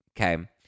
Okay